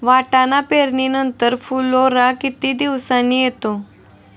वाटाणा पेरणी नंतर फुलोरा किती दिवसांनी येतो?